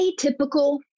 Atypical